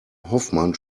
hoffmann